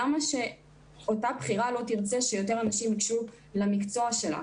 למה שאותה בכירה לא תרצה שיותר אנשים ייגשו למקצוע שלה?